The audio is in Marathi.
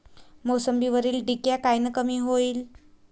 मोसंबीवरील डिक्या कायनं कमी होईल?